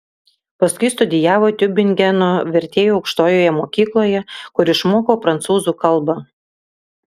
paskui studijavo tiubingeno vertėjų aukštojoje mokykloje kur išmoko prancūzų kalbą